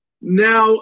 Now